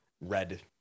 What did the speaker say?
red